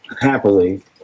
happily